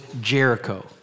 Jericho